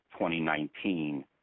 2019